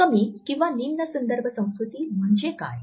कमी किंवा निम्न संदर्भ संस्कृती म्हणजे काय